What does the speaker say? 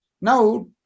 Now